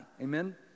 Amen